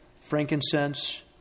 frankincense